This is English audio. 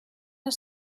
his